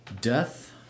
Death